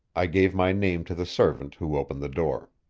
i gave my name to the servant who opened the door.